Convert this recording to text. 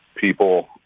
people